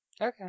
okay